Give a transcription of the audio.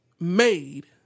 made